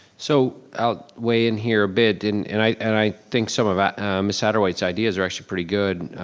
so, i'll weigh in here a bit. and and i and i think some of miss satterwhite's ideas are actually pretty good.